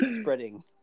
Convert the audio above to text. spreading